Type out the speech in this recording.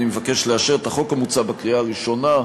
אני מבקש לאשר את החוק המוצע בקריאה ראשונה,